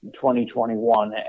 2021